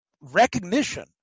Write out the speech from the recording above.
recognition